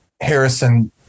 Harrison